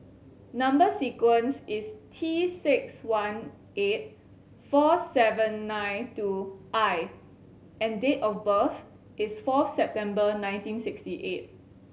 number sequence is T six one eight four seven nine two I and date of birth is four September nineteen sixty eight